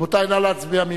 רבותי, נא להצביע.